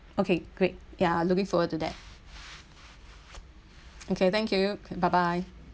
okay great ya looking forward to that okay thank you bye bye